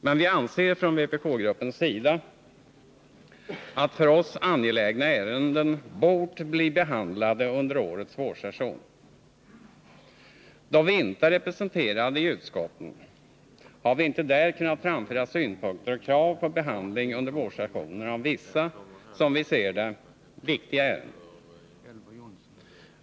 Men vi anser från vpk-gruppens sida att för oss angelägna ärenden bort bli behandlade under årets vårsession. Då vi inte är representerade i utskotten har vi inte där kunnat framföra synpunkter och krav på behandling under vårsessionen av vissa, som vi ser det, viktiga ärenden.